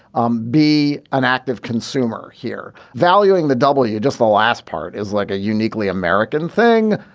um be an active consumer here. valuing the w just the last part is like a uniquely american thing.